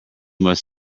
must